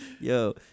Yo